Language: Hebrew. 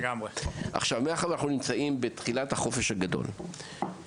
אנחנו נמצאים בתחילת החופש הגדול,